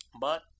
But